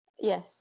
Yes